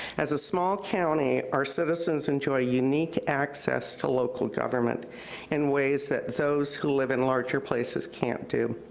as a small county, our citizens enjoy unique access to local government in ways that those who live in larger places can't do.